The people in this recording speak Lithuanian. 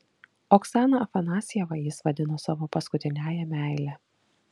oksaną afanasjevą jis vadino savo paskutiniąja meile